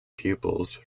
pupils